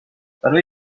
برای